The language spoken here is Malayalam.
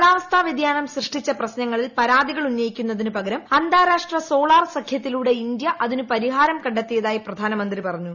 കാലാവസ്ഥാ വൃതിയാനം സൃഷ്ടിച്ച പ്രശ്നങ്ങളിൽ പരാതികൾ ഉന്നയിക്കുന്നതിനുപകരം അന്താരാഷ്ട്ര സോളാർ സഖ്യത്തിലൂടെ ഇന്ത്യ അതിനു പരിഹാരം കണ്ടെത്തിയതായി പ്രധാനമന്ത്രി പറഞ്ഞു